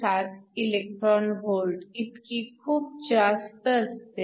27 e v इतकी खूप जास्त असते